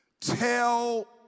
tell